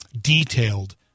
detailed